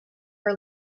her